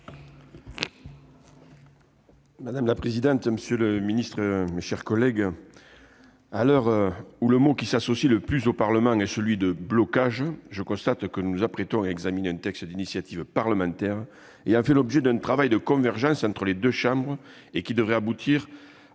Madame la présidente, monsieur le ministre, mes chers collègues, à l'heure où le mot qui s'associe le plus au Parlement est celui de « blocage », je constate que nous nous apprêtons à examiner un texte d'initiative parlementaire qui a fait l'objet d'un travail de convergence entre les deux chambres et qui devrait aboutir rapidement à une